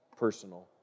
personal